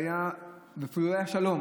אפילו לא היה שלום,